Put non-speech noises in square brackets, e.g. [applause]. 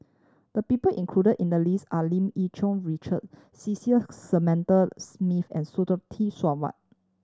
the people included in the list are Lim Yih Cherng Richard Cecil [unintelligible] Smith and [unintelligible] Sarwan